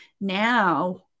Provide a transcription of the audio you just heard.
now